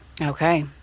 Okay